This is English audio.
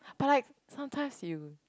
but like sometimes you